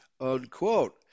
unquote